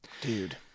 dude